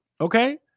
Okay